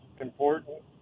important